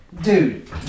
Dude